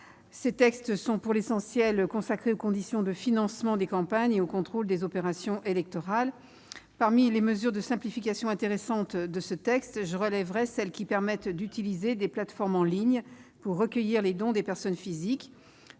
Ces textes sont pour l'essentiel consacrés aux conditions de financement des campagnes et au contrôle des opérations électorales. Parmi les mesures de simplification intéressantes, je relèverai celles qui permettent d'utiliser des plateformes en ligne pour recueillir les dons des personnes physiques.